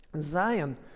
Zion